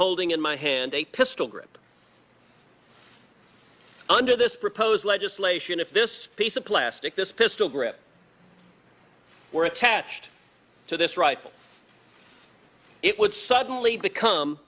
holding in my hand a pistol grip under this proposed legislation if this piece of plastic this pistol grip were attached to this rifle it would suddenly become